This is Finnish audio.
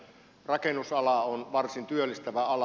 rakennusala on varsin työllistävä ala